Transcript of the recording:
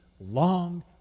long